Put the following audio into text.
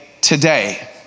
today